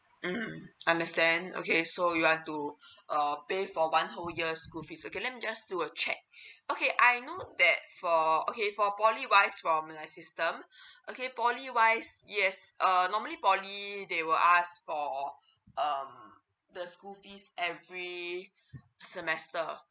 mm understand okay so you are to err pay for one whole year school fee okay let me just do a check okay I know that for okay for poly wise from their system okay poly wise yes uh normally poly they will ask for um the school fees every semester